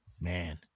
Man